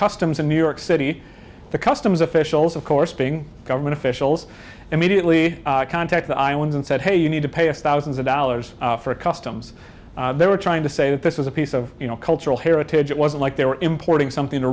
customs in new york city the customs officials of course being government officials immediately contacted islands and said hey you need to pay us thousands of dollars for a customs they were trying to say that this was a piece of you know cultural heritage it wasn't like they were importing something to